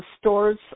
stores